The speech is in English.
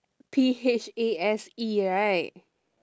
P H A S E right